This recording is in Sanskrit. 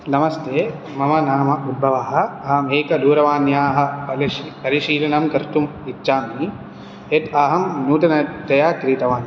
नमस्ते मम नाम उद्बवः अहम् एकदूरवाण्याः पलिशी परिशीलनं कर्तुम् इच्छामि यत् अहं नूतनतया क्रीतवान्